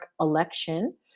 election